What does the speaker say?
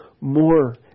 more